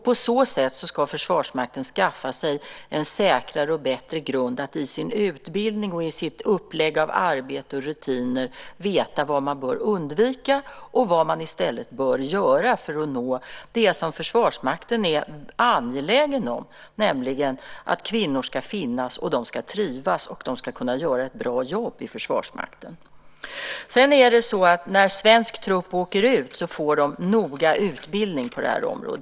På så sätt ska Försvarsmakten skaffa sig en säkrare och bättre grund för att i sin utbildning och sitt upplägg av arbete och rutiner veta vad man bör undvika och vad man i stället bör göra för att nå det som Försvarsmakten är angelägen om, nämligen att kvinnor ska finnas, trivas och kunna göra ett bra jobb i Försvarsmakten. När svensk trupp åker ut får de noggrann utbildning på det här området.